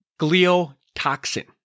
gliotoxin